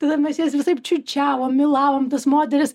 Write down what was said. tada mes jas visaip čiūčiavom mylavom tas moteris